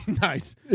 Nice